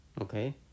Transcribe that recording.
okay